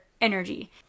energy